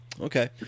okay